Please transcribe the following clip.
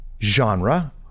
genre